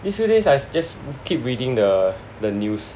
these few days I just keep reading the the news